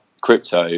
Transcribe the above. crypto